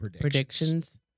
Predictions